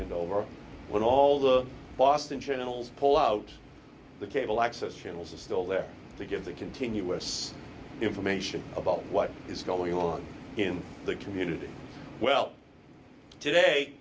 and over when all the boston channels pull out the cable access channel still there to give the continuous information about what is going on in the community well today